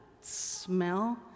smell